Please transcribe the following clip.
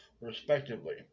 respectively